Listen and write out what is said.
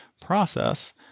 process